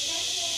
לא, שנייה.